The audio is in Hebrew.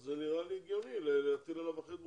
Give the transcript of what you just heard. זה נראה לי הגיוני להטיל עליו אחריות מוחלטת.